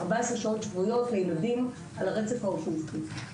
14 שעות שבועיות לילדים על הרצף האוטיסטי.